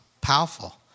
powerful